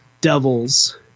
devils